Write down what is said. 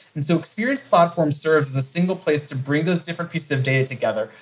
and so experienced platform serves as the single place to bring those different pieces of data together,